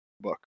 book